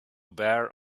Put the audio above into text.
bare